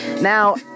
Now